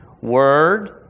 word